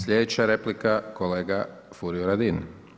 Slijedeća replika, kolega Furio Radin.